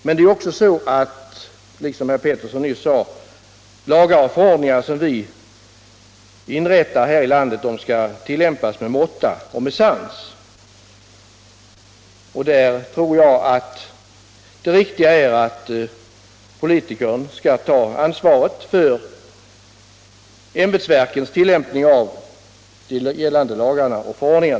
Men det är också på det sättet, som herr Petersson i Röstånga nyss framhöll, att lagar och förordningar som vi stadfäster här i landet skall tillämpas med sans och måtta. Och där tror jag det riktiga är att politikern har ansvaret för ämbetsverkens tillämpning av gällande lagar och förordningar.